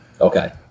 Okay